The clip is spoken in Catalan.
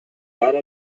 ara